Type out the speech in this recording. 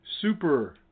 Super